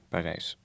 Parijs